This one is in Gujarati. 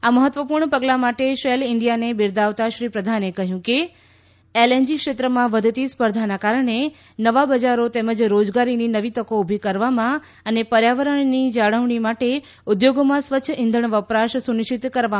આ મહત્વપૂર્ણ પગલાં માટે શેલ ઈન્ડિયાને બિરદાવતા શ્રી પ્રધાને કહ્યું કે એલ એન જી ક્ષેત્રમાં વધતી સ્પર્ધાના કારણે નવા બજારો તેમજ રોજગારની નવી તકો ઊભી કરવામાં તેમજ પર્યાવરણના જાળવણી માટે ઉદ્યોગોમાં સ્વચ્છ ઇંધણ વપરાશને સુનિશ્ચિત કરવા મદદ થશે